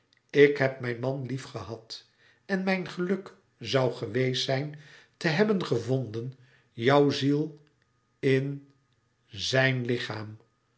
ik heb mijn man liefgehad en mijn geluk zoû geweest zijn te hebben gevonden jouw ziel in zijn lichaam